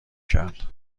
کرد